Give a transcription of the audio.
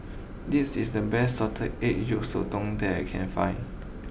this is the best Salted Egg Yolk Sotong that I can find